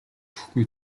өгөхгүй